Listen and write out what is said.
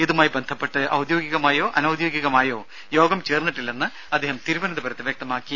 ഇതുമായി ബന്ധപ്പെട്ട് ഔദ്യോഗികമായോ അനൌദ്യോഗികമായോ യോഗം ചേർന്നിട്ടില്ലെന്നും അദ്ദേഹം തിരുവനന്തപുരത്ത് വ്യക്തമാക്കി